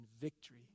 victory